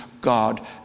God